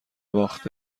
باخت